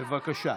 בבקשה.